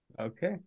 Okay